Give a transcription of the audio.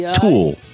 tool